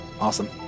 Awesome